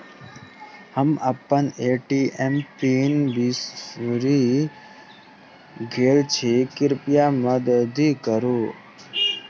हम अप्पन ATM PIN बिसरि गेल छी कृपया मददि करू